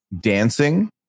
dancing